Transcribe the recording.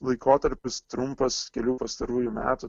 laikotarpis trumpas kelių pastarųjų metų